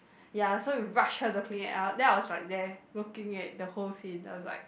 ya so we rush her to a clinic I wa~ then I was like there looking at the whole scene I was like